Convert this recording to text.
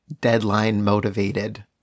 deadline-motivated